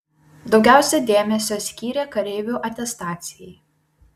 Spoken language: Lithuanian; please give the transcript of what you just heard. daugiausiai dėmesio skyrė kareivių atestacijai